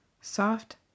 Soft